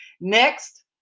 Next